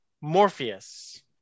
Morpheus